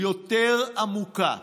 יותר עמוקה,